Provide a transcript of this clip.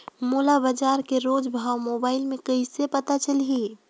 मोला बजार के रोज भाव मोबाइल मे कइसे पता चलही?